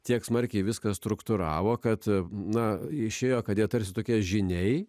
tiek smarkiai viską struktūravo kad na išėjo kad jie tarsi tokie žyniai